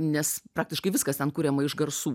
nes praktiškai viskas ten kuriama iš garsų